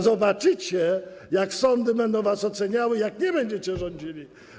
Zobaczycie, jak sądy będą was oceniały, jak nie będziecie rządzili.